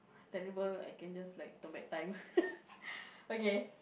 terrible I can just like turn back time okay